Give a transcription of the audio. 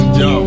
yo